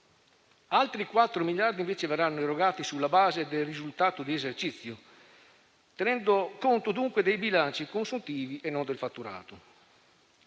Altri 4 miliardi invece verranno erogati sulla base del risultato di esercizio, tenendo conto dunque dei bilanci consuntivi e non del fatturato.